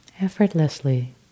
effortlessly